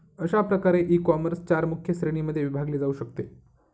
अशा प्रकारे ईकॉमर्स चार मुख्य श्रेणींमध्ये विभागले जाऊ शकते